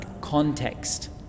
context